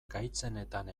gaitzenetan